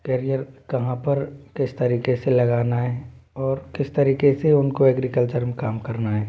career कहाँ पर किस तरीके से लगाना है और किस तरीके से उनको एग्रिकल्चर में काम करना है